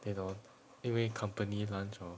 then hor 因为 company lunch hor